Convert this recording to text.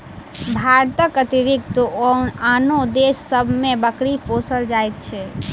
भारतक अतिरिक्त आनो देश सभ मे बकरी पोसल जाइत छै